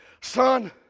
son